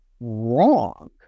wrong